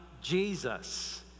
Jesus